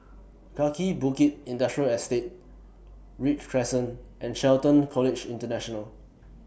Kaki Bukit Industrial Estate Read Crescent and Shelton College International